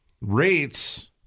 rates